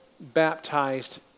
baptized